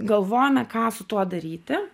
galvojome ką su tuo daryti